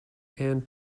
and